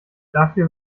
dafür